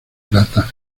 plata